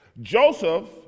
Joseph